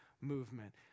movement